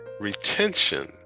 retention